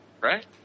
right